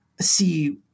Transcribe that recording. see